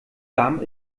warm